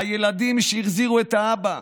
הילדים שהחזירו את האבא,